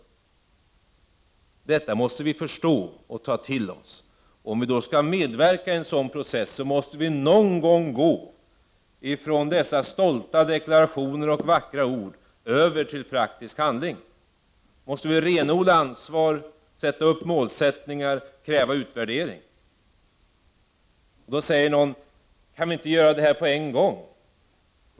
Detta måste vi förstå och ta till oss. Om vi skall medverka i en sådan process, måste vi någon gång gå från dessa stolta deklarationer och vackra ord över till praktisk handling. Vi måste renodla ansvar, sätta upp mål och kräva utvärderingar. Då säger någon: Kan vi inte göra detta på en gång?